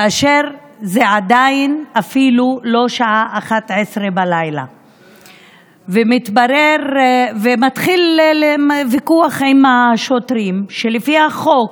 כאשר זה עדיין אפילו לא השעה 23:00. מתחיל ויכוח עם השוטרים שלפי החוק